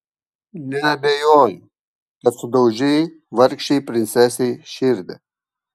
neabejoju kad sudaužei vargšei princesei širdį